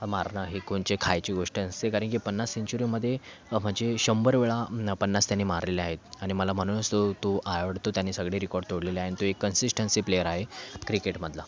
मारणं हे कोणचे खायची गोष्ट नसते कारण की पन्नास सेंचुरीमध्ये म्हणजे शंभरवेळा पन्नास त्यांनी मारलेले आहेत आणि मला म्हणूनच तो तो आवडतो त्यांनी सगळे रिकॉर्ड तोडलेले आहे आणि तो एक कंसीस्टंसी प्लेयर आहे क्रिकेटमधला